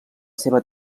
seva